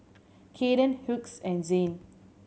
Caden Hughes and Zain